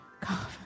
Coffee